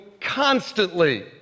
constantly